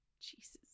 Jesus